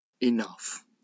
enough